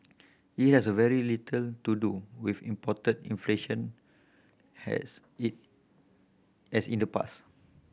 it has very little to do with imported inflation has in as in the past